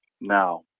Now